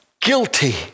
guilty